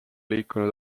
liikunud